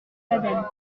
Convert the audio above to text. baden